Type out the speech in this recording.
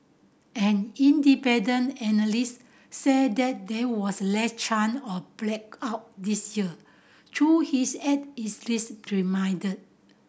an independent analyst said that there was less chance or blackout this year though he is added is risk remained